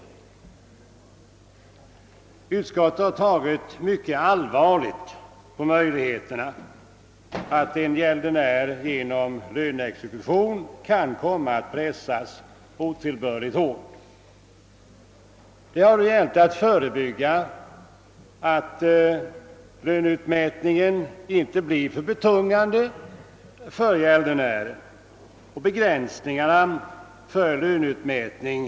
Inom utskottet har vi sett mycket allvarligt på risken för att en gäldenär genom löneexekution kan komma att pressas otillbörligt hårt. Det har alltså gällt att förebygga att löneutmätningen blir för betungande för gäldenären, och begränsningarna är ganska omfattande.